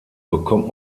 bekommt